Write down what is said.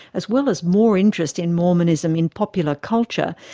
as well as more interest in mormonism in popular culture,